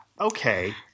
Okay